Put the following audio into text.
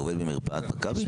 אתה עובד במרפאת מכבי?